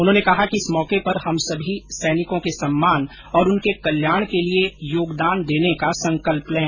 उन्होंने कहा कि इस मौके पर हम सभी सैनिर्को के सम्मान और उनके कल्याण के लिए योगदान देने का संकल्प लें